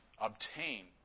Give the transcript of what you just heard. obtain